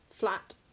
flat